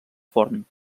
forn